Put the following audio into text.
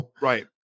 Right